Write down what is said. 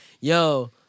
yo